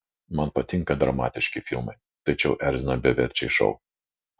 man patinka dramatiški filmai tačiau erzina beverčiai šou